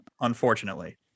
unfortunately